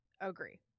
agree